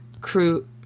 crew